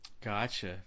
Gotcha